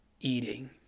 eating